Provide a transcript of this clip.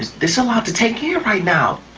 this a lot to take in right now.